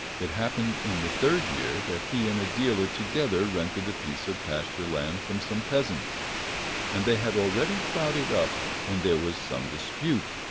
it happened in the third year that he and a dealer together rented a piece of pasture land from some peasants and they had already ploughed it up, when there was some dispute,